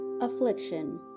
affliction